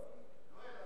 יואל,